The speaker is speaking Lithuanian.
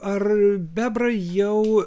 ar bebrai jau